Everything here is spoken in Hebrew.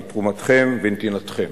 על תרומתכם ונתינתכם.